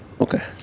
Okay